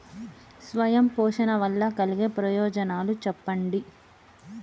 స్వయం పోషణ వల్ల కలిగే ప్రయోజనాలు చెప్పండి?